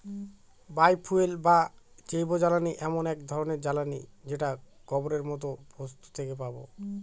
বায় fuel বা জৈবজ্বালানী এমন এক ধরনের জ্বালানী যেটা গোবরের মতো বস্তু থেকে পাবো